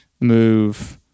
move